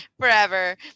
forever